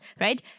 right